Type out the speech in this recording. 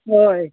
हय